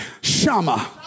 shama